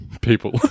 People